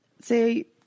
Say